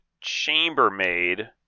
chambermaid